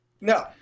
No